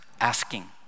asking